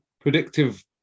predictive